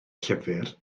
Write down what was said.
llyfr